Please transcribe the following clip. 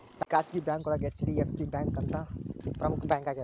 ಖಾಸಗಿ ಬ್ಯಾಂಕೋಳಗ HDFC bank ಅತ್ಯಂತ ಪ್ರಮುಖ್ ಬ್ಯಾಂಕಾಗ್ಯದ